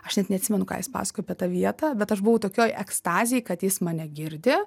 aš net neatsimenu ką jis pasakojo apie tą vietą bet aš buvau tokioj ekstazėj kad jis mane girdi